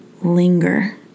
linger